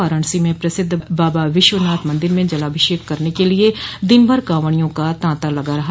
वाराणसी में प्रसिद्ध बाबा विश्वनाथ मंदिर में जलाभिषेक करने के लिए दिन भर कावंड़ियों का ताता लगा रहा